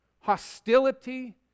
hostility